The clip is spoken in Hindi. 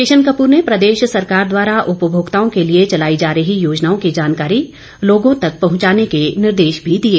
किशन कपूर ने प्रदेश सरकार द्वारा उपभोक्ताओं के लिए चलाई जा रही योजनाओं की जानकारी लोगों तक पहुंचाने के निर्देश भी दिए